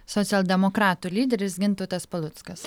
socialdemokratų lyderis gintautas paluckas